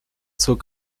zur